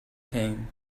came